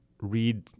read